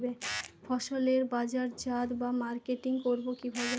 ফসলের বাজারজাত বা মার্কেটিং করব কিভাবে?